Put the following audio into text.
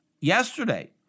yesterday